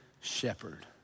shepherd